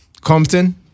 Compton